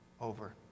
over